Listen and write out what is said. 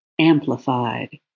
amplified